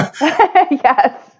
Yes